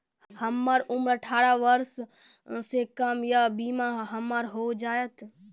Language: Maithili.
हमर उम्र अठारह वर्ष से कम या बीमा हमर हो जायत?